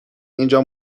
اینجا